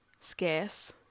scarce